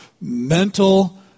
mental